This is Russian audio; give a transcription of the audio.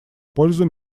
пользу